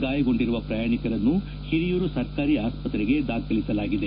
ಗಾಯಗೊಂಡಿರುವ ಪ್ರಯಾಣಿಕರನ್ನು ಹಿರಿಯೂರು ಸರ್ಕಾರಿ ಆಸ್ಪತ್ರೆಗೆ ದಾಖಲಿಸಲಾಗಿದೆ